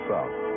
South